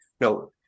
no